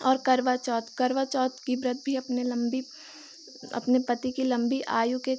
और करवा चौथ करवा चौथ की व्रत भी अपने लम्बी अपने पति की लम्बी आयु के